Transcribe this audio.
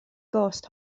gost